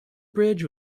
bridge